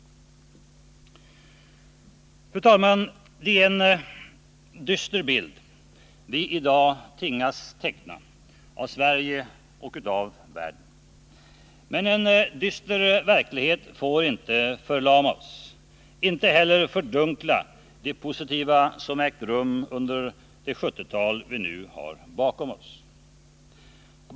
Fru talman! Det är en dyster bild vi i dag tvingas teckna av Sverige och av världen. Men en dyster verklighet får inte förlama oss, inte heller fördunkla det positiva som ägt rum under det 1970-tal vi nu har bakom oss.